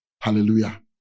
Hallelujah